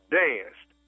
danced